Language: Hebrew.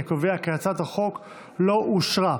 אני קובע כי הצעת החוק לא אושרה.